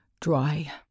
dry